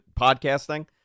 podcasting